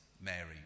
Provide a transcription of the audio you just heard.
Mary